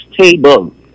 table